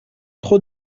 trop